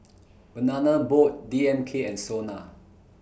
Banana Boat D M K and Sona